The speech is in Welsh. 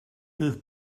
bydd